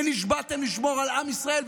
ונשבעתם לשמור על עם ישראל.